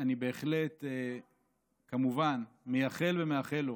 אני בהחלט כמובן מייחל ומאחל לו